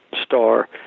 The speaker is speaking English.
star